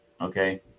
okay